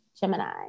Gemini